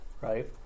right